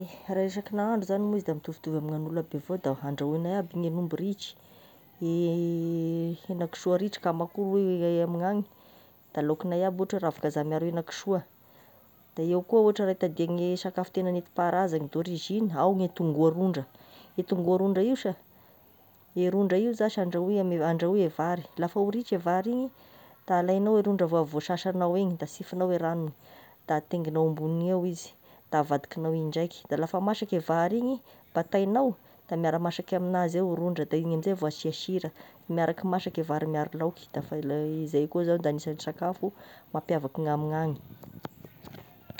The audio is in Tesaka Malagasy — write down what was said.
Raha resaky nahandro zagny moa izy da mitovitovy amignagn'olo aby avao andrahoigna aby ny hen'omby ritry, hena kisoa ritra, ka ma koa hoe amignagny da lokagnay agny ohatry oe ravikazaha miaro hena kisoa, de eo koa ny sakafo nentim-paharazany d'origine ao ny tongoarondra io tongoarondra io sha, i rondra io zash andrahoy ame andrahoy e vary, la fa ho ritry e vary igny da alaignao e rondra efa voasasagnao igny da sihifignao e ragnony, da atengignao ambogniny ao izy da avadikagnao indraiky, de la fa masaky e vary igny bataignao de miaramasaky ammignazy ao rondra de igny amin'izay vao asia sira, miaraky masaky vary miaro laoka, da fa zay koa zagny da efa agnisany sakafo mampiavaky anahy amin'azy.